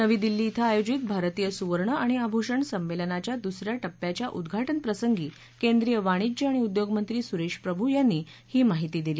नवी दिल्ली क्वें आयोजित भारतीय सुवर्ण आणि द्स या टप्प्याच्या उद्घाटनप्रसंगी केंद्रीय वाणिज्य आणि उद्घोगमंत्री सुरेश प्रभू यांनी ही माहिती दिली